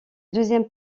deuxième